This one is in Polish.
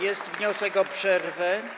Jest wniosek o przerwę.